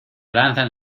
lanzan